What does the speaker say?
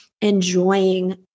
enjoying